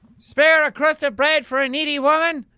spare a crust of bread for a needy woman?